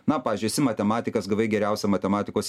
na pavyzdžiui esi matematikas gavai geriausią matematikos